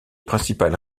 principales